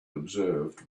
observed